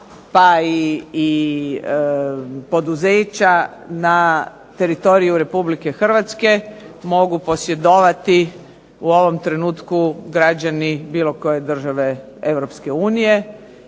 pa i poduzeća na teritoriju RH mogu posjedovati, u ovom trenutku, građani bilo koje države EU